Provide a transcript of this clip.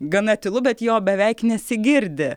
gana tylu bet jo beveik nesigirdi